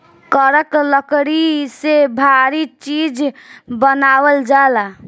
करक लकड़ी से भारी चीज़ बनावल जाला